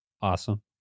Awesome